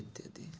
ଇତ୍ୟାଦି